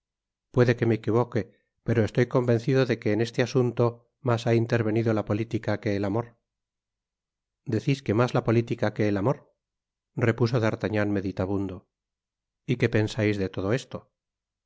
puede que me equivoque pero estoy convencido de que en este asunto mas ha intervenido la politica que el amor decis que mas la politica que el amor repuso d'artagnan meditabundo y qué pensais de todo esto